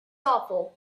awful